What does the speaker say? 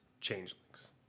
changelings